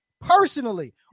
Personally